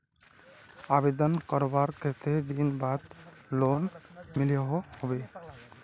आवेदन करवार कते दिन बाद लोन मिलोहो होबे?